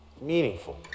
meaningful